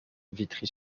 vitry